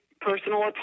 personal